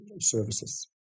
services